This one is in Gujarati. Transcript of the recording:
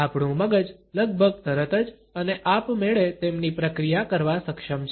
આપણું મગજ લગભગ તરત જ અને આપમેળે તેમની પ્રક્રિયા કરવા સક્ષમ છે